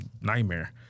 nightmare